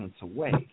away